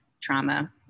trauma